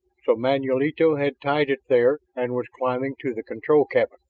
so manulito had tied it there and was climbing to the control cabin.